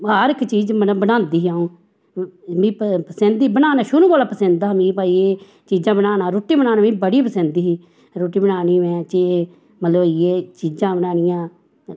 हर इक चीज़ मतलव बनांदी ही अऊं इन्नी पसिंद ही बनाना शुरू कोला पसिंद हा भाई एह् चीजां बनाना रुट्टी बनाना मिकी बड़ी पसिंद ही रुट्टी बनानी होए ओह्दै एह् एह् मतलव इयै चीजां बनानियां